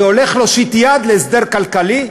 והולך להושיט יד להסדר כלכלי,